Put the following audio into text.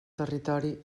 territori